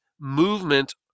movement